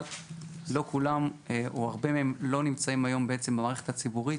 אבל הרבה מהם לא נמצאים היום במערכת הציבורית.